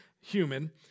human